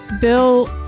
Bill